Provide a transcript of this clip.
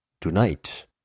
Tonight